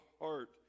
heart